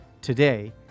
Today